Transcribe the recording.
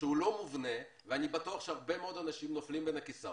שהוא לא מובנה ואני בטוח שהרבה מאוד אנשים נופלים בין הכיסאות,